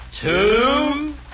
two